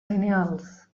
lineals